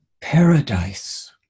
paradise